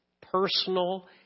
personal